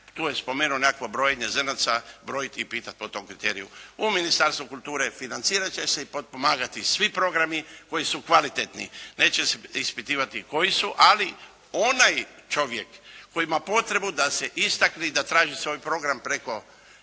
tu je spomenuto nekakvo brojanje zrnaca, brojiti i pitati po tom kriteriju. U Ministarstvu kulture financirati će se i potpomagati svi programi koji su kvalitetni, neće se ispitivati koji su, ali onaj čovjek koji ima potrebu da se istakne i da traži svoj program preko